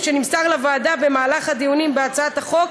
ושנמסר לוועדה במהלך הדיונים בהצעת החוק